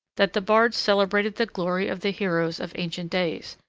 that the bards celebrated the glory of the heroes of ancient days,